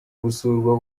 gusurwa